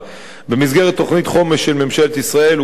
במסגרת תוכנית חומש של ממשלת ישראל הוקצו 13